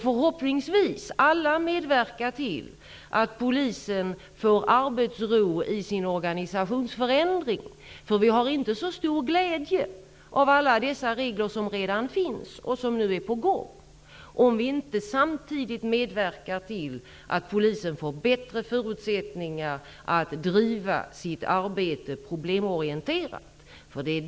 Förhoppningsvis kommer vi alla att medverka till att polisen får arbetsro i sin organisationsförändring -- vi har inte så stor glädje av alla dessa regler som redan finns och som nu är på gång, om vi inte samtidigt medverkar till att polisen får bättre förutsättningar att bedriva sitt arbete problemorienterat.